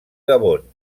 gabon